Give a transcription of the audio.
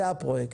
זה הפרויקט,